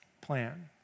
plan